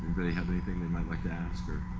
they have anything they might like to ask or